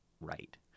right